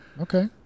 Okay